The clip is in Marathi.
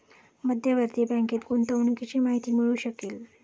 मध्यवर्ती बँकेत गुंतवणुकीची माहिती मिळू शकेल